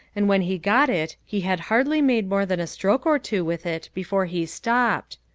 and when he got it he had hardly made more than a stroke or two with it before he stopped.